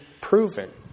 proven